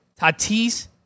Tatis